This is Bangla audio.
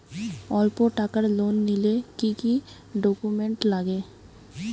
অল্প টাকার লোন নিলে কি কি ডকুমেন্ট লাগে?